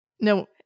no